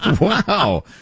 Wow